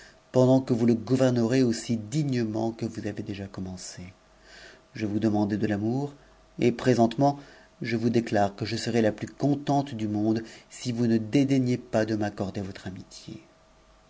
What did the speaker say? pendant que vous gouvernerez aussi dignement que vous avez déjà commencé je vous demandais de l'amour et présentement je vous déclare qne je serai la contente du monde si vous ne dédaignez pas de m'accorder votre amitié